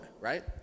right